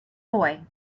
boy